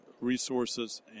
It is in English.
resources